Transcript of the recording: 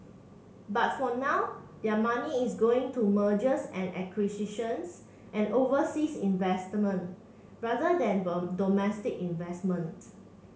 but for now their money is going to mergers and acquisitions and overseas investment rather than domestic investment